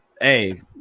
hey